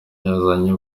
yazanye